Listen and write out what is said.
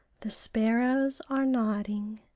the sparrows are nodding.